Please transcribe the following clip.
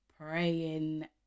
praying